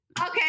okay